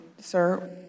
Sir